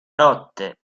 notte